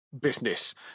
Business